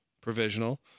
provisional